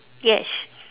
yes